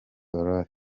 aurore